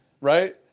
right